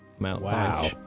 wow